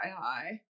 High